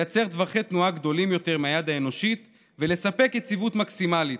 לייצר טווחי תנועה גדולים יותר מהיד האנושית ולספק יציבות מקסימלית.